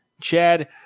Chad